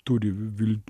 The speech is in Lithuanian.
turi vil